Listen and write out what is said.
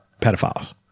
pedophiles